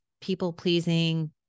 people-pleasing